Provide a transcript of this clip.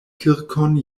kirkon